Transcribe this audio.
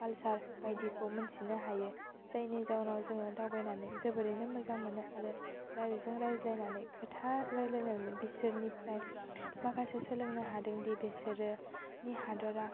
खालसार बायदिखौ मोन्थिनो हायो जायनि जाउनाव जों दावबायनानै जोबोरैनो मोजां मोनो आरो रायलायजों रायज्लायनानै खोथा रायलायनानै बेसोरनिफ्राय माखासे सोलोंनो हादोंदि बेसोरो नि हादोरा